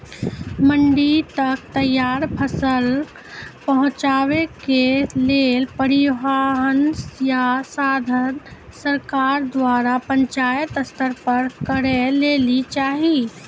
मंडी तक तैयार फसलक पहुँचावे के लेल परिवहनक या साधन सरकार द्वारा पंचायत स्तर पर करै लेली चाही?